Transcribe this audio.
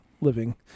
living